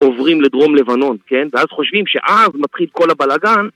עוברים לדרום לבנון, כן? ואז חושבים שאז מתחיל כל הבלאגן